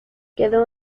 quedó